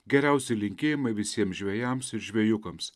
geriausi linkėjimai visiems žvejams ir žvejukams